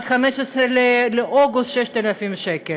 עד 15 באוגוסט, 6,000 שקל.